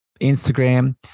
Instagram